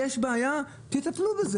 אם יש בעיה תטפלו בה.